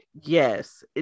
Yes